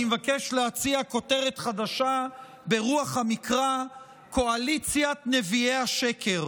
אני מבקש להציע כותרת חדשה ברוח המקרא: קואליציית נביאי השקר.